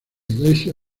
iglesia